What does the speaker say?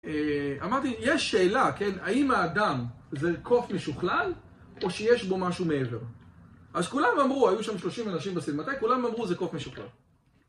אמרתי, יש שאלה, כן, האם האדם זה קוף משוכלל, או שיש בו משהו מעבר. אז כולם אמרו, היו שם 30 אנשים בסנמטק, כולם אמרו זה קוף משוכלל